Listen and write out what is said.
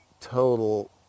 total